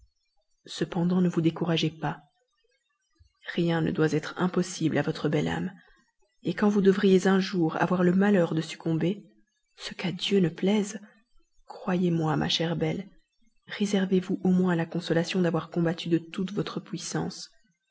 cependant ne vous découragez pas rien ne doit être impossible à votre belle âme quand vous devriez un jour avoir le malheur de succomber ce qu'à dieu ne plaise croyez-moi ma chère belle réservez vous au moins la consolation d'avoir combattu de toute votre puissance